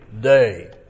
day